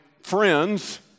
friends